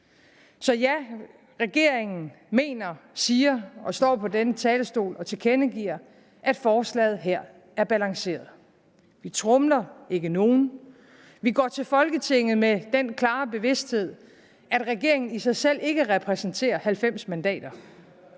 Så ja, regeringen mener og siger det, som jeg står på den her talerstol og tilkendegiver, nemlig at forslaget her er balanceret. Vi tromler ikke nogen. Vi går til Folketinget med den klare bevidsthed, at regeringen i sig selv ikke repræsenterer 90 mandater.